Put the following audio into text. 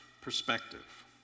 perspective